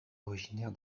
originaire